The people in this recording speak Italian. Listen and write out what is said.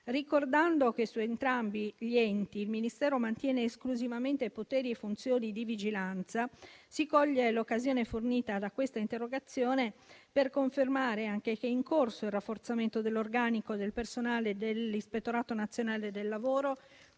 Ricordando che su entrambi gli enti il Ministero mantiene esclusivamente poteri e funzioni di vigilanza, si coglie l'occasione fornita da questa interrogazione anche per confermare che è in corso il rafforzamento dell'organico del personale dell'Ispettorato nazionale del lavoro